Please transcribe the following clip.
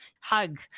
hug